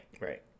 Right